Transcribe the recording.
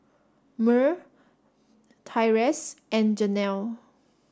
Myrl Tyrese and Janell